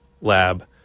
Lab